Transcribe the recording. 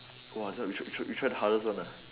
!wah! this one we tr~ we try the hardest one lah